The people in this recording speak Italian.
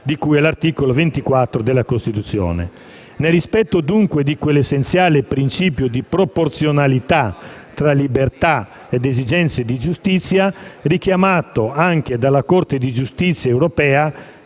di cui all'articolo 24 della Costituzione. Nel rispetto dunque di quell'essenziale principio di proporzionalità fra libertà ed esigenza di giustizia, richiamato anche dalla Corte di giustizia europea